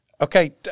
Okay